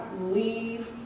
leave